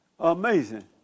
Amazing